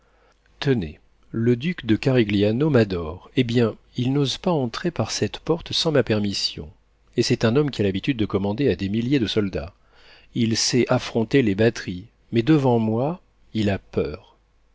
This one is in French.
tenez le duc de carigliano m'adore eh bien il n'ose pas entrer par cette porte sans ma permission et c'est un homme qui a l'habitude de commander à des milliers de soldats il sait affronter les batteries mais devant moi il a peur